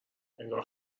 انگار